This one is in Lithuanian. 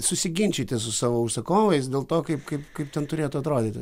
susiginčyti su savo užsakovais dėl to kaip kaip kaip ten turėtų atrodyti